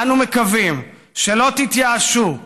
אנו מקווים שלא תתייאשו,